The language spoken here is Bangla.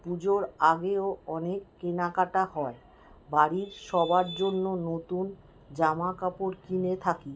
পুজোর আগেও অনেক কেনাকাটা হয় বাড়ির সবার জন্য নতুন জামাকাপড় কিনে থাকি